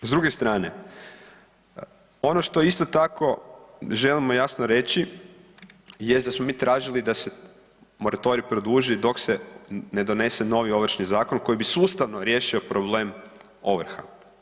S druge strane, ono što isto tako želimo jasno reći jest da smo mi tražili da se moratorij produži dok se ne donese novi Ovršni zakon koji bi sustavno riješio problem ovrha.